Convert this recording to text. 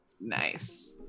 nice